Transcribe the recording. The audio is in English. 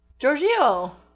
Giorgio